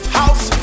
house